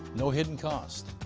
no hidden cost.